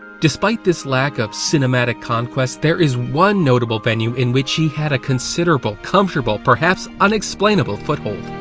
despite this lack of cinematic conquest, there is one notable venue in which he had a considerable comfortable, perhaps unexplainable foothold.